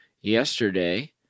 yesterday